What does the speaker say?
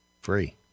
free